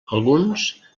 alguns